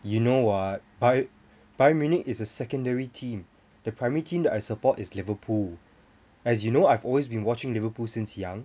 you know [what] Bay~ Bayern Munich is a secondary team the primary team that I support is Liverpool as you know I have always been watching Liverpool since young